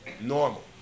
normal